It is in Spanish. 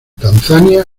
tanzania